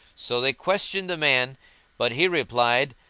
so they questioned the man but he replied,